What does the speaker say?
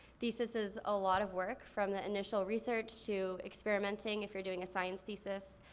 thesis is a lot of work from the initial research to experimenting if you're doing a science thesis,